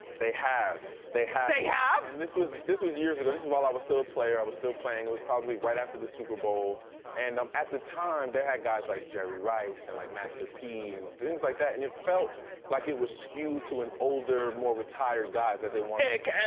they have, they have. they have? and this was this was years ago. this while i was still a player, i was still playing. it was probably right after the super bowl and um at the time they had guys like jerry rice and like master p and things like that and it felt like it was skewed to an older, more retired guys that they